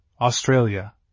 Australia